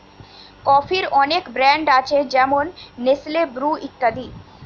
কফির অনেক ব্র্যান্ড আছে যেমন নেসলে, ব্রু ইত্যাদি